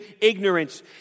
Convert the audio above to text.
ignorance